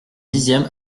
dixième